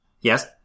yes